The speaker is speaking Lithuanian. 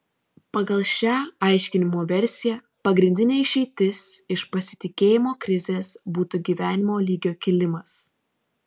pagal šią aiškinimo versiją pagrindinė išeitis iš pasitikėjimo krizės būtų gyvenimo lygio kilimas